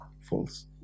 False